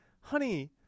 honey